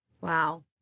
Wow